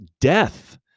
death